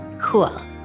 cool